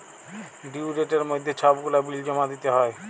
due ডেটের মইধ্যে ছব গুলা বিল জমা দিতে হ্যয়